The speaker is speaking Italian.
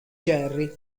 jerry